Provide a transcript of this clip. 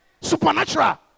Supernatural